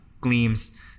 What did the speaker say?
gleams